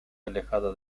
alejada